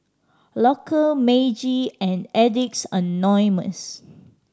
Loacker Meiji and Addicts Anonymous